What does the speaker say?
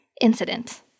incident